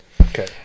Okay